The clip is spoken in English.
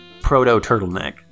proto-turtleneck